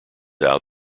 out